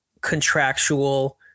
contractual